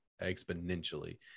exponentially